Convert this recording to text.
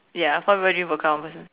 ya four people drink vodka one person